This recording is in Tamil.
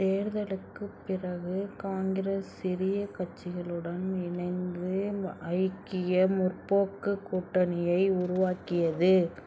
தேர்தலுக்குப் பிறகு காங்கிரஸ் சிறிய கட்சிகளுடன் இணைந்து ஐக்கிய முற்போக்குக் கூட்டணியை உருவாக்கியது